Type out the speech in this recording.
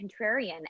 contrarian